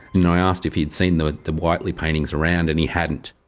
and i asked if he'd seen the the whiteley paintings around and he hadn't.